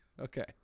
Okay